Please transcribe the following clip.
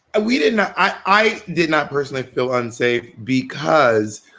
we didn't i did not personally feel unsafe because,